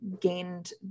gained